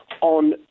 on